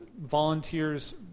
volunteers